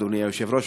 אדוני היושב-ראש.